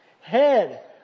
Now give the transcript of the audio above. Head